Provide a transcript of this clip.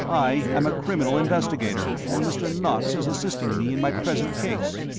i am a criminal investigator, and mr. knox is assisting me in my present case.